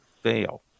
fail